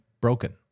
broken